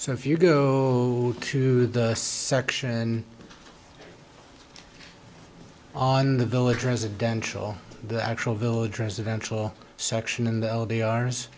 so if you go to the section on the village residential the actual village residential section in the